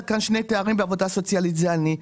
כאן שני תארים בעבודה סוציאלית זאת אני.